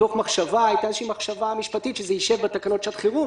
הייתה איזושהי מחשבה משפטית שזה יישב בתקנות שעת חירום,